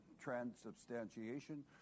transubstantiation